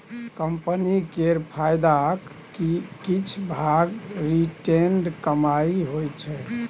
company केर फायदाक किछ भाग रिटेंड कमाइ होइ छै